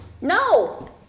no